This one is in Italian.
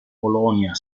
polonia